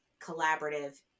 collaborative